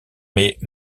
mais